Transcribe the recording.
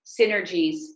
synergies